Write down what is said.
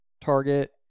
target